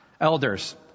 Elders